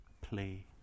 play